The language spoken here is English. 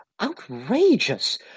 Outrageous